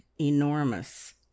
enormous